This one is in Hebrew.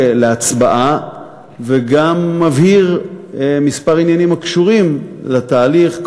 להצבעה וגם מבהיר כמה עניינים הקשורים לתהליך,